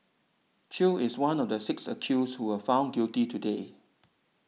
Chew is one of the six accused who was found guilty today